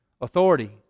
Authority